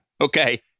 Okay